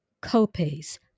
co-pays